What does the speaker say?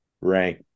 rank